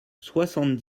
soixante